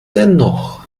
dennoch